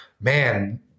Man